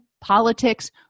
politics